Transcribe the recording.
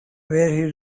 where